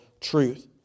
truth